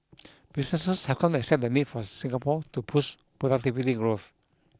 businesses have come to accept the need for Singapore to push productivity growth